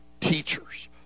teachers